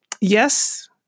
yes